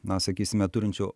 na sakysime turinčių